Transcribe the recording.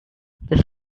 this